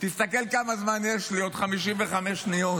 תסתכל כמה זמן יש לי, עוד 55 שניות.